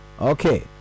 Okay